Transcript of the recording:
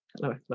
Hello